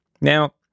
Now